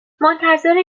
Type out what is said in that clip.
منتظر